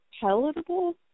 palatable